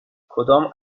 کدام